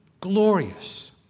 glorious